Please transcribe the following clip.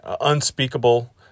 unspeakable